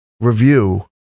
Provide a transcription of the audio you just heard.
review